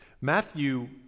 Matthew